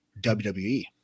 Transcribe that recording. WWE